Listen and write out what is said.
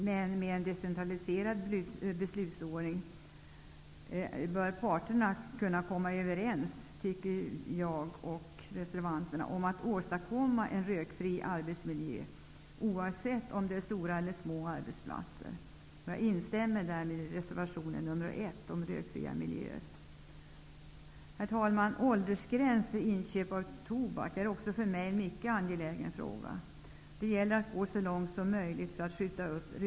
Men med en decentraliserad beslutsordning bör parterna kunna komma överens, tycker jag och övriga reservanter, om att en rökfri arbetsmiljö skall åstadkommas, oavsett om det är stora eller små arbetsplatser. Jag instämmer därmed i vad som sägs i reservation nr 1 Herr talman! Frågan om en åldersgräns för inköp av tobak är också en mycket angelägen fråga för mig. Det gäller här att gå så långt som möjligt, så att rökdebuten skjuts upp.